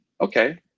Okay